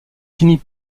finit